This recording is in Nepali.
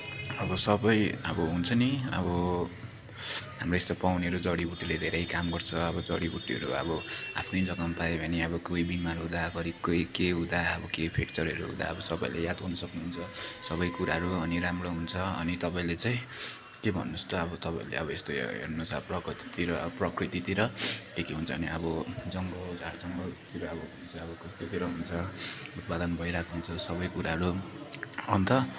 अब सबै अब हुन्छ नि अब हाम्रो यस्तो पाउनेहरू जडीबुडीले धेरै काम गर्छ अब जडीबुटीहरू अब आफ्नै जग्गामा पायो भने अब कोही बिमार हुँदा घरि कोही के हुँदा अब केही फ्याक्चरहरू हुँदा अब सबैले याद गर्न सक्नुहुन्छ सबै कुराहरू अनि राम्रो हुन्छ अनि तपाईँले चाहिँ के भन्नुहोस् त अब तपाईँले अब यस्तो हेर्नुहोस् अब प्रगतितिर अब प्रकृतितिर के के हुन्छ अब जङ्गल झारजङ्गलतिर हुन्छ अब हुन्छ उत्पादन भइरहेको हुन्छ सबै कुराहरू अन्त